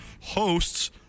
hosts